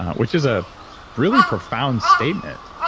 which is a really profound statement.